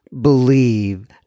believe